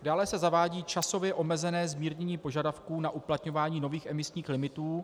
Dále se zavádí časově omezené zmírnění požadavků na uplatňování nových emisních limitů.